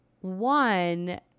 one